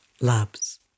Labs